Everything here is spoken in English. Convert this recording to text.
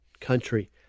country